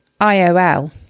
IOL